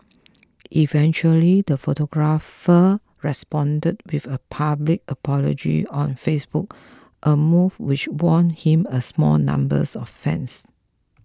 eventually the photographer responded with a public apology on Facebook a move which won him a small number of fans